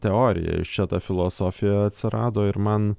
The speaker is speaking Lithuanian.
teoriją iš čia ta filosofija atsirado ir man